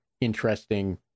interesting